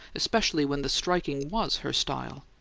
especially when the striking was her style.